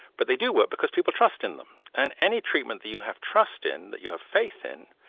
but they do work because people trust in them, and any treatment that you have trust in, that you have faith in,